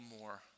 more